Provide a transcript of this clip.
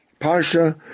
Parsha